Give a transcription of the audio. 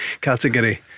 category